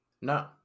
No